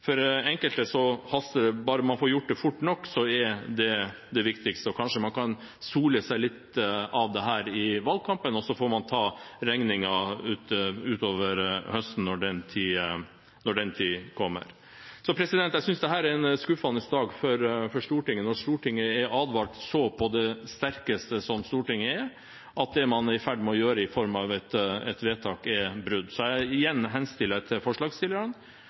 For enkelte haster det, bare man får gjort det fort nok, er det det viktigste. Og kanskje man kan sole seg litt i dette i valgkampen, og så får man ta regningen utover høsten, når den tid kommer. Jeg synes dette er en skuffende dag for Stortinget, når Stortinget er advart så på det sterkeste, som Stortinget er, om at det man er i ferd med å gjøre i form av et vedtak, er brudd. Så igjen henstiller jeg til forslagsstillerne